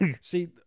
See